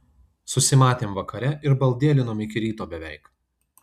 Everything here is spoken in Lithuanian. susimatėm vakare ir baldėlinom iki ryto beveik